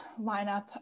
lineup